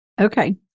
okay